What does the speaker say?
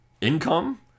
income